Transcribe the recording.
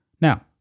Now